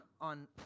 on